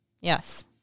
Yes